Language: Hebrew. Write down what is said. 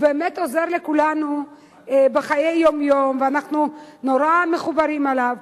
הוא באמת עוזר לכולנו בחיי היום-יום ואנחנו נורא מחוברים אליו,